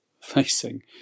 facing